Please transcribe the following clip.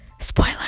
Spoiler